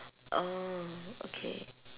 oh okay